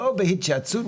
לא בהתייעצות,